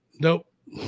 Nope